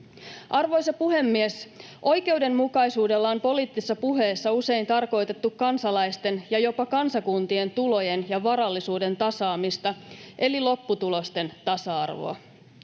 Arvoisa puhemies! Oikeudenmukaisuudella on poliittisessa puheessa usein tarkoitettu kansalaisten ja jopa kansakuntien tulojen ja varallisuuden tasaamista eli lopputulosten tasa-arvoa.